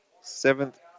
Seventh